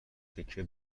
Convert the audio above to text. تکه